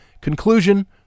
Conclusion